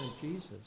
Jesus